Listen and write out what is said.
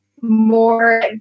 more